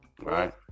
Right